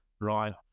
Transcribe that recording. right